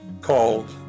called